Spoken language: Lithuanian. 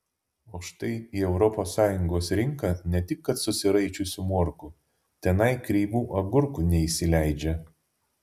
o štai į europos sąjungos rinką ne tik kad susiraičiusių morkų tenai kreivų agurkų neįsileidžia